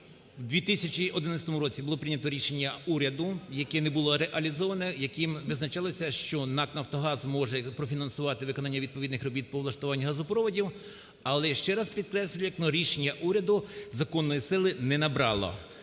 в 2011 році було прийнято рішення уряду, яке не було реалізоване, яким визначалося, що НАК "Нафтогаз" може профінансувати виконання відповідних робіт по влаштуванню газопроводів, але я ще раз підкреслюю, рішення уряду законної сили не набрало.